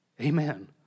Amen